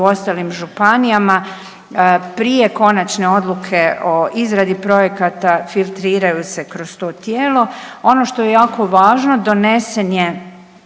u ostalim županijama. Prije konačne odluke o izradi projekata, filtriraju se kroz to tijelo. Ono što je jako važno, donesen je